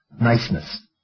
niceness